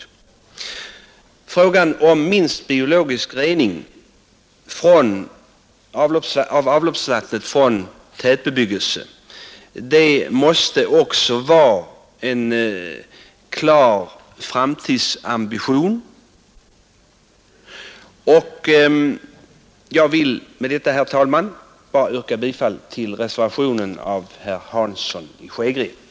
Även kravet på minst biologisk rening av avloppsvattnet från tätbebyggelsen måste vara en klar framtidsambition. Jag vill med detta, herr talman, yrka bifall till reservationen av herr Hansson i Skegrie m.fl.